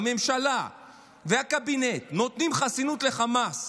הממשלה והקבינט נותנים חסינות לחמאס,